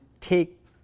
take